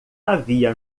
havia